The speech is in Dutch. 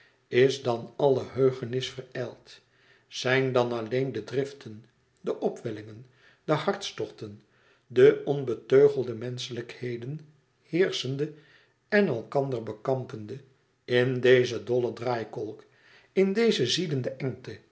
is dan alle heugenis verijld zijn dan alleen de driften de opwellingen de hartstochten de onbeteugelde menschelijkheden heerschende en elkander bekampende in dezen dollen draaikolk in deze ziedende engte